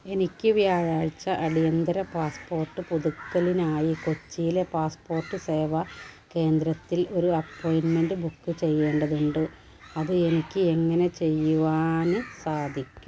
എനിക്ക് വ്യാഴാഴ്ച അടിയന്തിര പാസ്പോർട്ട് പുതുക്കലിനായി കൊച്ചിയിലെ പാസ്പോർട്ട് സേവാ കേന്ദ്രത്തിൽ ഒരു അപ്പോയിൻറ്മെൻറ് ബുക്ക് ചെയ്യേണ്ടതുണ്ട് അത് എനിക്ക് എങ്ങനെ ചെയ്യുവാൻ സാധിക്കും